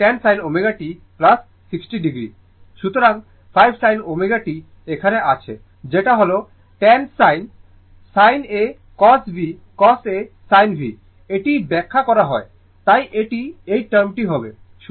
সুতরাং 5 sin ω t এখানে আছে যেটা হল 10 sin sin a cos v cos a sin V এটি ব্যাখ্যা করা হয় তাই এটি এই টার্মটি হবে